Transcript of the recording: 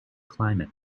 climate